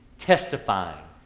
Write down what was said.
Testifying